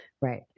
Right